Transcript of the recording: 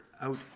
out